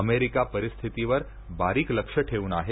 America परिस्थितीवर बारीक लक्ष ठेवून आहे